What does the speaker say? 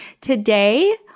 Today